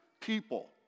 people